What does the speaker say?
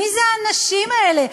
מי זה "האנשים האלה"?